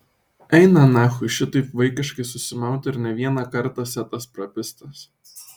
eina nachui šitaip vaikiškai susimaut ir ne vieną kartą setas prapistas